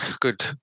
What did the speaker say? good